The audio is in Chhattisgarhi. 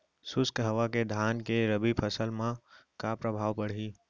शुष्क हवा के धान के रबि फसल मा का प्रभाव पड़ही?